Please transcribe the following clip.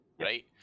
right